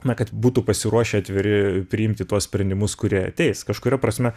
na kad būtų pasiruošę atviri priimti tuos sprendimus kurie ateis kažkuria prasme